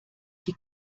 die